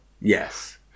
Yes